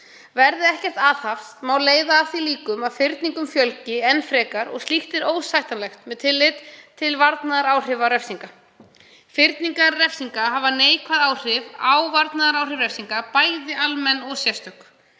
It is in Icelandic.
Verði ekkert aðhafst má leiða að því líkur að fyrningum fjölgi enn frekar og er slíkt óásættanlegt með tilliti til varnaðaráhrifa refsinga. Fyrningar refsinga hafa neikvæð áhrif á varnaðaráhrif refsinga, bæði almenn og sérstök.